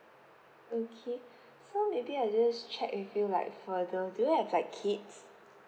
okay so maybe I just check with you like further do you have like kids